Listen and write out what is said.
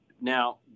now